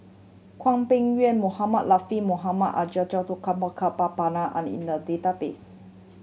Hwang Peng Yuan Mohamed Latiff Mohamed are in the database